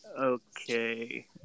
Okay